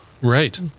Right